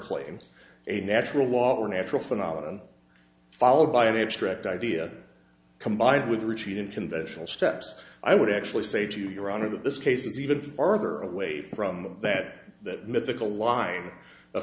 claim a natural law or natural phenomenon followed by an abstract idea combined with routine in conventional steps i would actually say to your honor that this case is even farther away from that that mythical line of